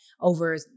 over